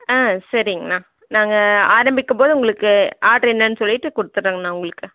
ஆ சரிங்கண்ணா நாங்கள் ஆரம்பிக்கும்போது உங்களுக்கு ஆட்ரு என்னென்னு சொல்லிவிட்டு குடுத்துறேங்கண்ணா உங்களுக்கு